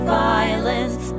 violence